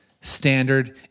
Standard